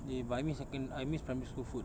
eh but I miss secon~ I miss primary school food